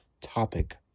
topic